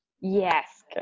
Yes